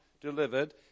delivered